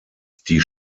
die